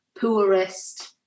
poorest